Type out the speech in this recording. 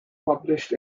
published